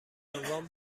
بانوان